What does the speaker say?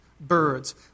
Birds